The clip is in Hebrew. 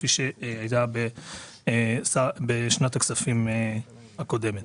כפי שהיה בשנת הכספים הקודמת.